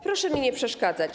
Proszę mi nie przeszkadzać.